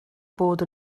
bod